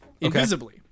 invisibly